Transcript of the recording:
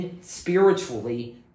spiritually